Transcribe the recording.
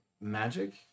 magic